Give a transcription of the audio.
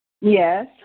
Yes